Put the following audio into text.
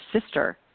sister